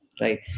Right